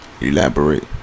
Elaborate